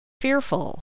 fearful